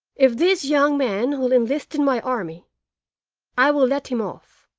if this young man will enlist in my army i will let him off.